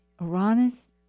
uranus